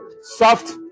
soft